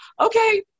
okay